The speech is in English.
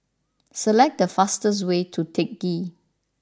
select the fastest way to Teck Ghee